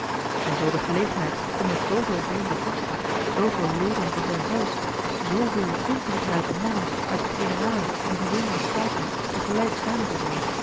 en zoo de gelegenheid om met zooveel vreemde vorsten zooveel leden van zijn huis zooveel invloedrijke mannen uit de generale en bijzondere staten tegelijk samen te zijn